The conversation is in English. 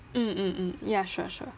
mm mm mm ya sure sure